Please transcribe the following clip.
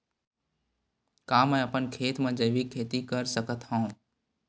का मैं अपन खेत म जैविक खेती कर सकत हंव?